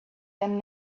can